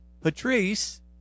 Patrice